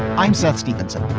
i'm seth stevenson.